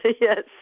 Yes